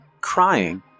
crying